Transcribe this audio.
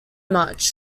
much